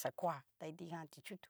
xakoa ta itijan ti'chutu.